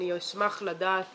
אני אשמח לדעת